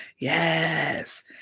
Yes